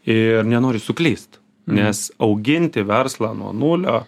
ir nenori suklyst nes auginti verslą nuo nulio